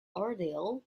ordeal